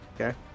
Okay